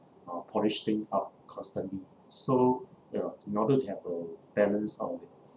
uh polish thing up constantly so ya in order to have a balance out of it